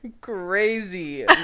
Crazy